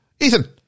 ethan